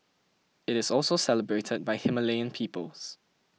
it is also celebrated by Himalayan peoples